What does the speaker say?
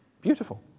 beautiful